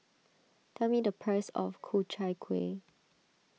tell me the price of Ku Chai Kuih